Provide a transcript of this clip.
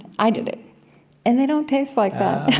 i did it and they don't taste like that.